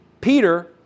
Peter